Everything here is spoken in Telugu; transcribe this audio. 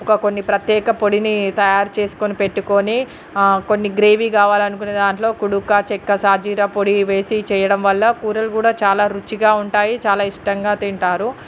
ఒక కొన్ని ప్రత్యేక పొడిని తయారు చేసుకొని పెట్టుకొని కొన్ని గ్రేవీ కావాలనుకునే దాంట్లో కుడుకా చెక్క సాజీర పొడి వేసి చేయడం వల్ల కూరలు కూడా చాలా రుచిగా ఉంటాయి చాలా ఇష్టంగా తింటారు